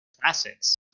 classics